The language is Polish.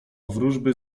wróżby